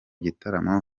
gitaramo